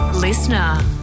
Listener